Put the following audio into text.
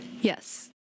Yes